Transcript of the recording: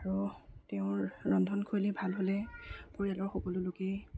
আৰু তেওঁৰ ৰন্ধনশৈলী ভাল হ'লে পৰিয়ালৰ সকলো লোকেই